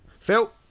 Phil